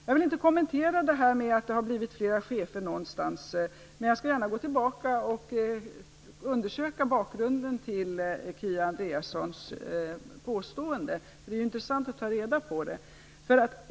Jag vill inte kommentera det där med att det har blivit fler chefer någonstans, men jag skall gärna undersöka bakgrunden till Kia Andreassons påstående. Det är intressant att ta reda på detta.